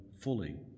fully